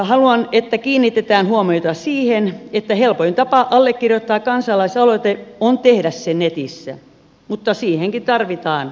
haluan että kiinnitetään huomiota siihen että helpoin tapa allekirjoittaa kansalaisaloite on tehdä se netissä mutta siihenkin tarvitaan pankkitunnukset